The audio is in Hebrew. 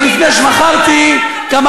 "מ-ש-נכנס אדר מרבים בשמחה."